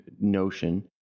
notion